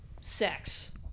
sex